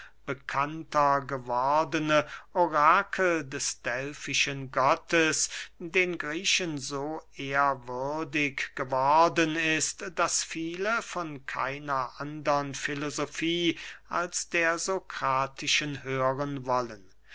bekannter gewordene orakel des delfischen gottes den griechen so ehrwürdig geworden ist daß viele von keiner andern filosofie als der sokratischen hören wollen